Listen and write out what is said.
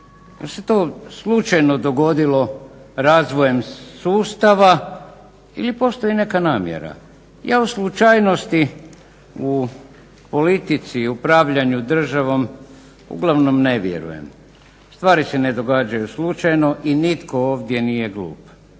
Jel se to slučajno dogodilo razvojem sustava ili postoji neka namjera? Ja u slučajnosti u politici i upravljanju državom uglavnom ne vjerujem. Stvari se ne događaju slučajno i nitko ovdje nije glup.